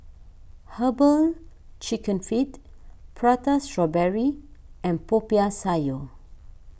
Herbal Chicken Feet Prata Strawberry and Popiah Sayur